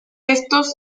estos